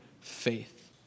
faith